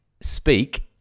speak